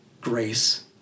Grace